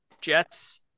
Jets